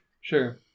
Sure